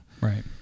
Right